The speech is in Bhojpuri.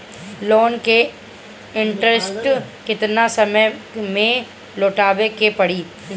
लोन के इंटरेस्ट केतना समय में लौटावे के पड़ी?